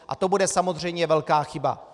A to bude samozřejmě velká chyba.